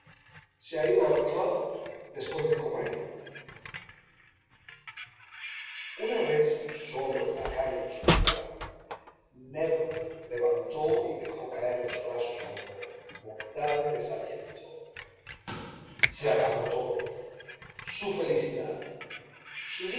se ha ido al club después de comer una vez solo en la calle oscura nébel levantó y dejó caer los brazos con mortal desaliento se acabó todo su felicidad su